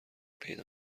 پیدا